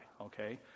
okay